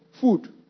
Food